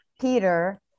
peter